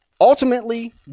Ultimately